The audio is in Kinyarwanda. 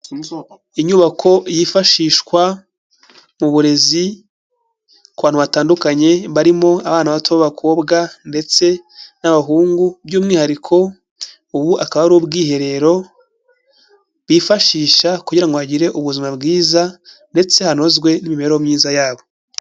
Inyubako yifashishwa mu burezi ku bantu batandukanye, barimo abana bato b'abakobwa ndetse n'abahungu, by'umwihariko, ubu akaba ari ubwiherero bifashisha kugira ngo bagire ubuzima bwiza ndetse hanozwe n'imibereho myiza ya bo.